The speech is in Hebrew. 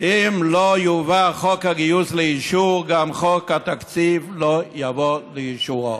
אם לא יובא חוק הגיוס לאישור גם חוק התקציב לא יבוא לאישורו.